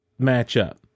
matchup